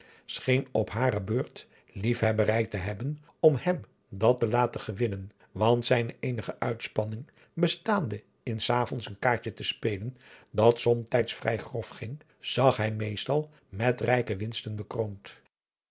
scheen op hare beurt liefhebberij te hebben om hem dat te laten winuen want zijne eenige uitspanning bestaande in s avonds een kaartje te speelen dat somtijds vrij grof ging zag hij meestal met rijke winsten bekroond